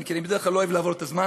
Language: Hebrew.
כי בדרך כלל אני לא אוהב לעבור את הזמן.